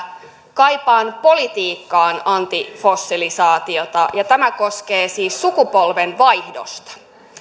kaipaan politiikkaan antifossilisaatiota ja tämä koskee siis sukupolvenvaihdosta